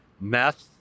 meth